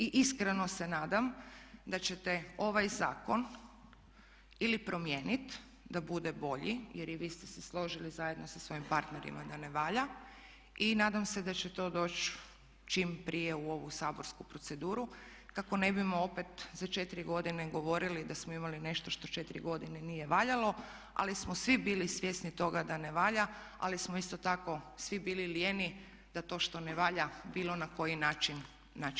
I iskreno se nadam da ćete ovaj zakon ili promijeniti da bude bolji jer i vi ste se složili zajedno sa svojim partnerima da ne valja i nadam se da će to doći čim prije u saborsku proceduru kako ne bismo opet za 4 godine govorili da smo imali nešto što 4 godine nije valjalo ali smo svi bili svjesni toga da ne valja ali smo isto tako svi bili lijeni da to što ne valja bilo na koji način mijenjamo.